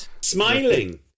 Smiling